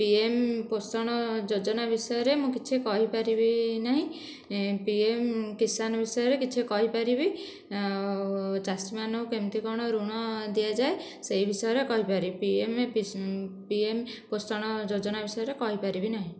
PM Poshan ଯୋଜନା ବିଷୟରେ ମୁଁ କିଛି କହିପାରିବି ନାହିଁ ପିଏମ୍ କିସାନ ବିଷୟରେ କିଛି କହିପାରିବି ଚାଷୀମାନଙ୍କୁ କେମିତି କଣ ଋଣ ଦିଆଯାଏ ସେହି ବିଷୟରେ କହିପାରିବି ପିଏମ୍ ପିଏମ୍ ପୋଷଣ ଯୋଜନା ବିଷୟରେ କହିପାରିବି ନାହିଁ